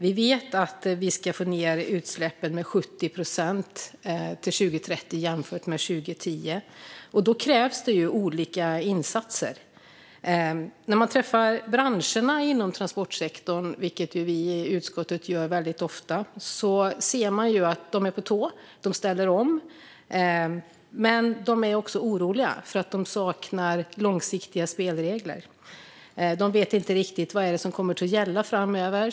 Vi vet att vi ska få ned utsläppen med 70 procent till 2030 jämfört med 2010. Då krävs det olika insatser. När man träffar branscherna inom transportsektorn, vilket vi i utskottet gör väldigt ofta, ser man att de är på tå och ställer om. Men de är också oroliga. De saknar långsiktiga spelregler. De vet inte riktigt vad det är som kommer att gälla framöver.